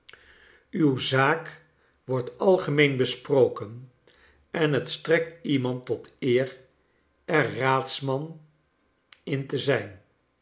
uwe zaak wordt algemeen besproken en het strekt iemand tot eer er raadsman in te zijn